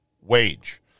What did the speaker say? wage